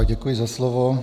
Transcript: Děkuji za slovo.